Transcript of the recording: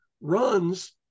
runs